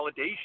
validation